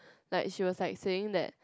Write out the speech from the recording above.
like she was like saying that